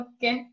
Okay